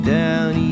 down